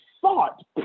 thought